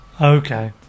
Okay